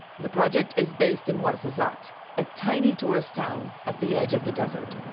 the project is based in ouarzazate, a tiny tourist town at the edge of the desert.